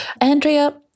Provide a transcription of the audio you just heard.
Andrea